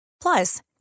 Plus